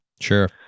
Sure